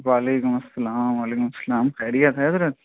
وعلیکم السّلام وعلیکم السّلام خیریت ہے حضرت